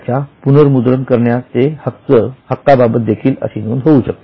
त्याच्या पुनर्मुद्रण करण्याचे हक्काबाबत देखील अशी नोंदणी होऊ शकते